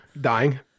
Dying